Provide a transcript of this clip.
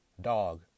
Dog